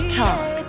talk